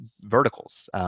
verticals